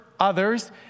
others